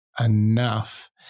enough